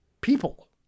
people